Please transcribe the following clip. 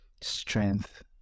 strength